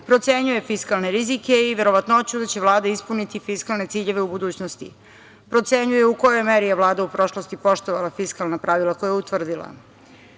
procenjuje fiskalne rizike i verovatnoću da će Vlada ispuniti fiskalne ciljeve u budućnosti. Dalje, procenjuje u kojoj meri je Vlada u prošlosti poštovala fiskalna pravila koja je utvrdila.